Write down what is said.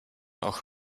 auch